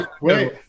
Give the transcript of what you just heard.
Wait